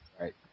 Right